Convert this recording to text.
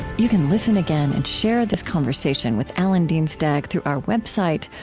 you can listen again and share this conversation with alan dienstag through our website,